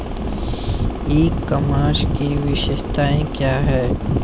ई commerce की विशेषताएं क्या हैं?